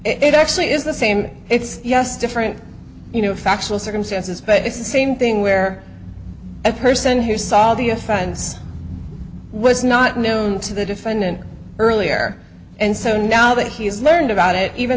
it actually is the same it's just different you know factual circumstances but it's the same thing where a person who saw the offense was not known to the defendant earlier and so now that he's learned about it even